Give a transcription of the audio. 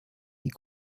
die